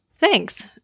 Thanks